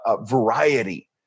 variety